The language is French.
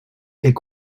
est